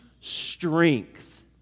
strength